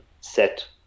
set